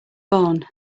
born